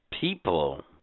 People